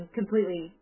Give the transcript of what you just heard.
completely